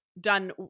done